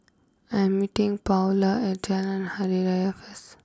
I'm meeting Paola at Jalan Hari Raya first